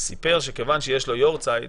הוא סיפר שכיוון שיש לו יארצייט